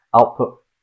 Output